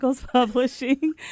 Publishing